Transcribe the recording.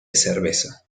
cerveza